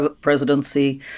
presidency